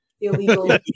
illegal